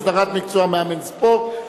הסדרת מקצוע מאמן ספורט),